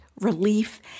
relief